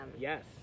Yes